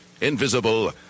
invisible